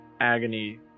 agony